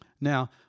Now